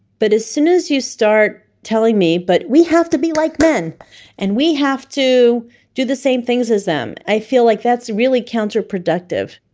but as soon as you start telling me, but we have to be like men and we have to do the same things as them i feel like that's really counterproductive.